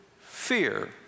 fear